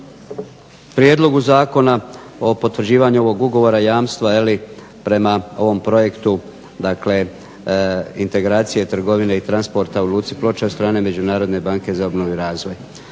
prijedlogu zakona o potvrđivanju ovog ugovora jamstva prema ovom projektu "Integracije trgovine i transporta u Luci Ploče" od strane Međunarodne banke za obnovu i razvoj.